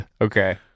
Okay